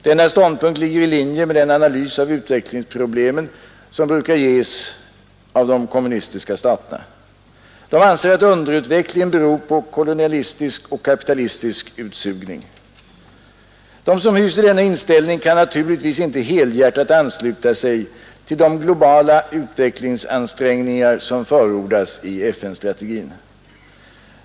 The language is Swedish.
Denna ståndpunkt ligger i linje med den analys av utvecklingsproblemen som brukar ges av de kommunistiska staterna. De anser att underutvecklingen beror på kolonialistisk och kapitalistisk utsugning. De som hyser denna inställning kan naturligtvis inte helhjärtat ansluta sig till de globala utvecklingsansträngningar som förordas i FN-strategin.